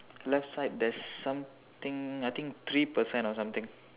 left side there's something I think three person or something